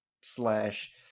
slash